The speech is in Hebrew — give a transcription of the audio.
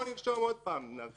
עוד תיקון אחד.